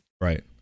right